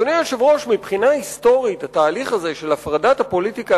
מבחינה היסטורית התהליך הזה של הפרדת הפוליטיקה